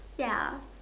ya